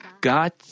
God